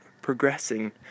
progressing